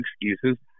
excuses